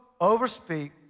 overspeak